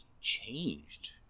changed